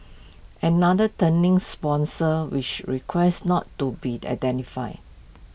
another turning sponsor which requested not to be identified